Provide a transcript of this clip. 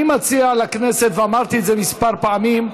אני מציע לכנסת, ואמרתי את זה כמה פעמים: